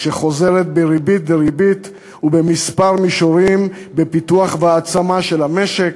שחוזרת בריבית דריבית ובכמה מישורים: בפיתוח והעצמה של המשק,